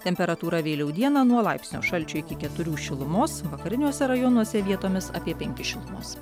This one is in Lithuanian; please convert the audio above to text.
temperatūra vėliau dieną nuo laipsnio šalčio iki keturių šilumos vakariniuose rajonuose vietomis apie penkis šilumos